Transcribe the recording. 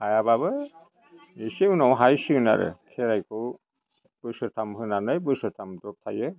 हायाबाबो एसे उनाव हाहैसिगोन आरो खेरायखौ बोसोरथाम होनानै बोसोरथाम द्रफ थायो